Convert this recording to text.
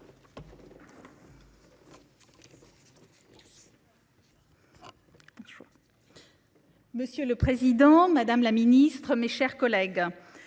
Monsieur le président, Monsieur le Ministre, mes chers collègues,